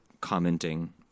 commenting